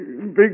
big